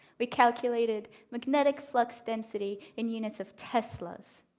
we calculated magnetic flux density in units of teslas,